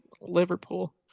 Liverpool